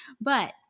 But-